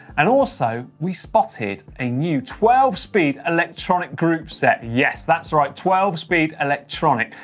and also we spotted a new twelve speed electronic group set. yes, that's right, twelve speed electronic,